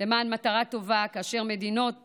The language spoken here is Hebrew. למען מטרה טובה, כאשר מדינות